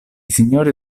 signori